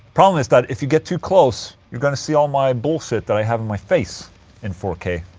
problem is that if you get too close you're gonna see all my bullshit that i have in my face in four k,